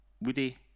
woody